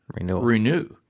renew